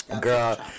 girl